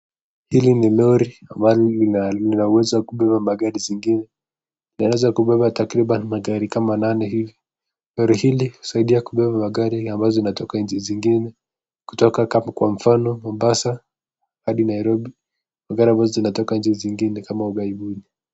Hili ni Lori ambalo linauwezo wa kubeba magari zingine, linaweza kubeba takriban magari kama nane hivi. Lori hili husaidia kubeba magari ambayo zinatoka nchi zingine , kutoka kama kwa mfano , Mombasa hadi Nairobi magari hizi zinatoka nchi zingine kama Ughaibuni.